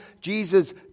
Jesus